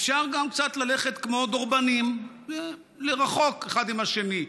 אפשר גם קצת ללכת כמו דורבנים, מרחוק אחד עם השני.